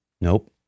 Nope